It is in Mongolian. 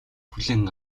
хүлээн